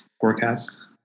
forecast